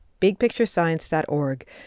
bigpicturescience.org